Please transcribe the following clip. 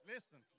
Listen